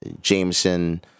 Jameson